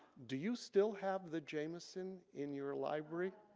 do you still have the jamison in your library?